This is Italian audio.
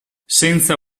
senza